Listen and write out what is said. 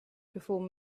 perform